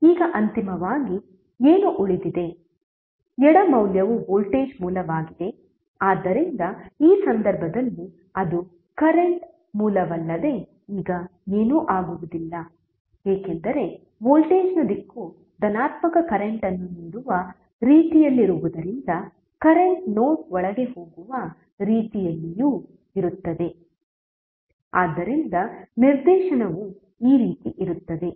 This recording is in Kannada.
ಈಗ ಅಂತಿಮವಾಗಿ ಏನು ಉಳಿದಿದೆ ಎಡ ಮೌಲ್ಯವು ವೋಲ್ಟೇಜ್ ಮೂಲವಾಗಿದೆ ಆದ್ದರಿಂದ ಈ ಸಂದರ್ಭದಲ್ಲಿ ಅದು ಕರೆಂಟ್ ಮೂಲವಲ್ಲದೆ ಈಗ ಏನೂ ಆಗುವುದಿಲ್ಲ ಏಕೆಂದರೆ ವೋಲ್ಟೇಜ್ನ ದಿಕ್ಕು ಧನಾತ್ಮಕ ಕರೆಂಟ್ ಅನ್ನು ನೀಡುವ ರೀತಿಯಲ್ಲಿರುವುದರಿಂದ ಕರೆಂಟ್ ನೋಡ್ ಒಳಗೆ ಹೋಗುವ ರೀತಿಯಲ್ಲಿಯೂ ಇರುತ್ತದೆ ಆದ್ದರಿಂದ ನಿರ್ದೇಶನವು ಈ ರೀತಿ ಇರುತ್ತದೆ